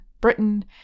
Britain